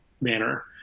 manner